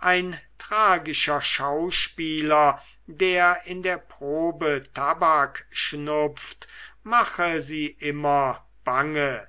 ein tragischer schauspieler der in der probe tabak schnupft mache sie immer bange